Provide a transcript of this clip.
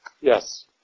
Yes